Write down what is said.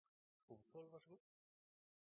– vær så god.